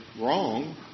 wrong